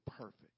perfect